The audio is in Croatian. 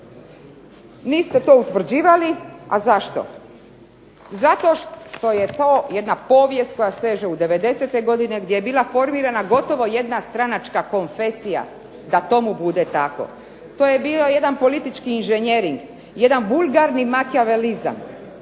Niste to utvrđivali, a zašto? Zato što je to jedna povijest koja seže u '90-te godine gdje je bila formirana gotovo jedna stranačka konfesija da tomu bude tako. To je bio jedan politički inženjering, jedan vulgarni makijavelizam.